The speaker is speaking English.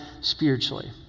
spiritually